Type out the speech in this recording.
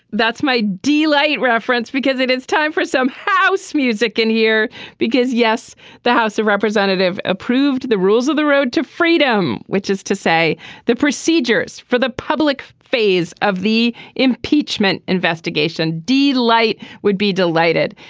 that's my delight reference because it is time for some house music in here because yes the house of representative approved the rules of the road to freedom which is to say the procedures for the public phase of the impeachment investigation d lt would be delighted.